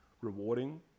rewarding